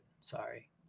Sorry